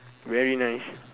very nice